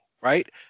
Right